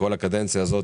בקדנציה הזאת,